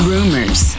Rumors